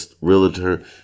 realtor